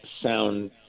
sound